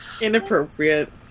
Inappropriate